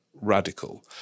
radical